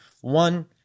one